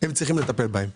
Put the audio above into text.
צריכים לטפל בהם.